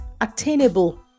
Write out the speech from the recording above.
attainable